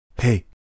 Hey